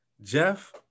Jeff